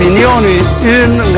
the only and